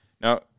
Now